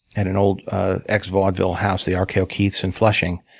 at an old ex-vaudeville house, the ah rko keith's in flushing.